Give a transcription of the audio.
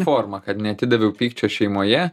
forma kad neatidaviau pykčio šeimoje